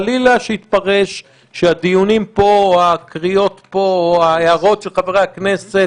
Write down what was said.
חלילה שיתפרש שהדיונים פה או הקריאות פה או ההערות של חברי הכנסת